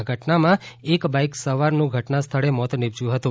આ ઘટનામાં એક બાઇક સવારનું ઘટના સ્થળે મોત નિપજ્યું હતું